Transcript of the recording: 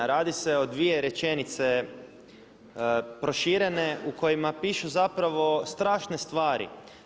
Radi se o dvije rečenice proširene u kojima piše zapravo strašne stvari.